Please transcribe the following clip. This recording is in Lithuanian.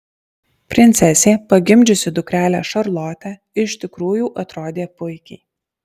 princesė pagimdžiusi dukrelę šarlotę iš tikrųjų atrodė puikiai